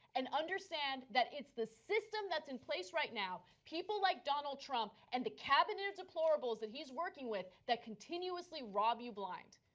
and understand that it's the system in place right now people like donald trump and the cabinet of deplorables that he's working with that continuously rob you blind.